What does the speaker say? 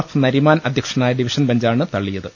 F Nariman അധ്യക്ഷനായ division ബെഞ്ചാണ് തള്ളിയത്